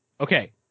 Okay